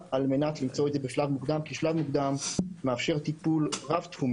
במידה ואדם בא עם תלונות או שידוע על חשיפה שעלולה